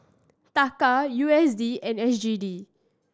Taka U S D and S G D